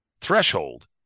threshold